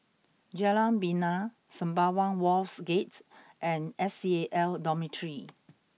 Jalan Bena Sembawang Wharves Gate and S C A L Dormitory